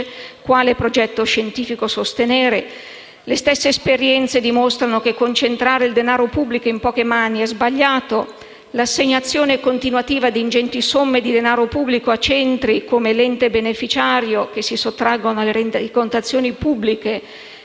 quale progetto scientifico sostenere. Le stesse esperienze dimostrano che concentrare il denaro pubblico in poche mani è sbagliato. L'assegnazione continuativa di ingenti somme di denaro pubblico a centri come l'ente beneficiario in questione, che si sottraggono alle rendicontazioni pubbliche